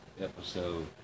episode